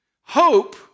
Hope